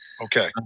Okay